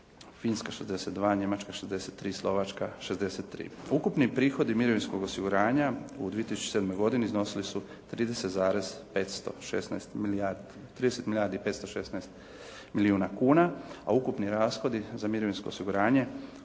Finska 62%, Njemačka 63%, Slovačka 63%. Ukupni prihodi mirovinskog osiguranja u 2007. godini iznosili su 30 milijardi 516 milijuna kuna a ukupni rashodi za mirovinsko osiguranje